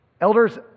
Elders